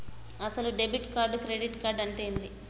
అసలు debit card credit card అంటే ఏంది?